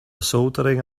soldering